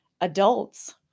Adults